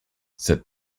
said